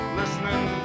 listening